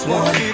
one